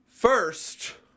First